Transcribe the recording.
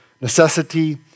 necessity